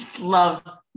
love